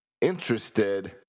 interested